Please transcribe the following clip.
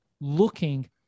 looking